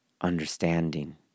understanding